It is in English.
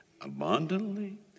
abundantly